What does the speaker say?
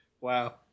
Wow